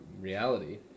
reality